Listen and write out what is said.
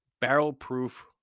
barrel-proof